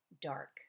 dark